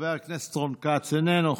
חבר הכנסת רון כץ, איננו.